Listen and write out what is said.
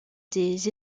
des